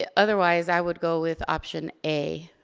ah otherwise i would go with option a.